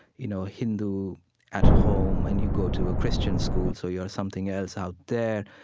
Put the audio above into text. you know, hindu at home, and you go to a christian school, so you're something else out there.